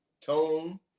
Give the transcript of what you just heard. Tone